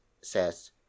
says